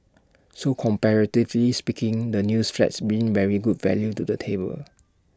so comparatively speaking the new flats bring very good value to the table